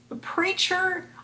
Preacher